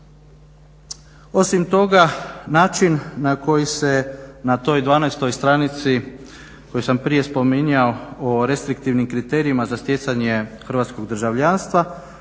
Osim toga, način na koji se na toj 12. stranici koju sam prije spominjao o restriktivnim kriterijima za stjecanje hrvatskog državljanstva,